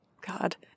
God